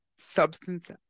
substance